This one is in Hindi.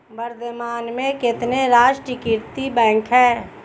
वर्तमान में कितने राष्ट्रीयकृत बैंक है?